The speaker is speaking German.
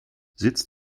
sitz